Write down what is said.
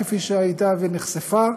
כפי שהייתה ונחשפה,